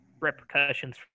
repercussions